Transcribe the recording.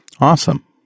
Awesome